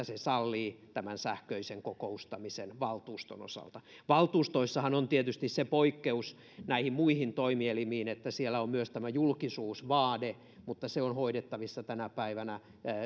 se sallii tämän sähköisen kokoustamisen valtuuston osalta valtuustoissahan on tietysti se poikkeus näihin muihin toimielimiin että siellä on myös tämä julkisuusvaade mutta se on hoidettavissa tänä päivänä